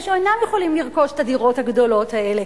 שאינם יכולים לרכוש את הדירות הגדולות האלה?